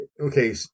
okay